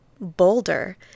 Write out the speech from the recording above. bolder